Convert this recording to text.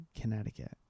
Connecticut